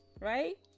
right